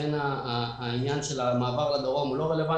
לכן העניין של המעבר לדרום הוא לא רלוונטי